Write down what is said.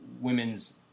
women's